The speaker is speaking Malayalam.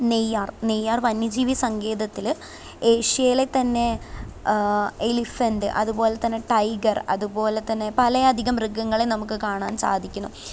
നെയ്യാർ നെയ്യാർ വന്യജീവി സങ്കേതത്തില് ഏഷ്യയിലെത്തന്നെ എലിഫൻറ്റ് അതുപോലെ തന്നെ ടൈഗർ അതുപോലെ തന്നെ പലയധികം മൃഗങ്ങളെ നമുക്ക് കാണാൻ സാധിക്കുന്നു